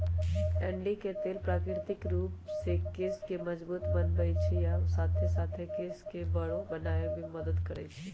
अंडी के तेल प्राकृतिक रूप से केश के मजबूत बनबई छई आ साथे साथ केश के बरो बनावे में मदद करई छई